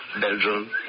Belgium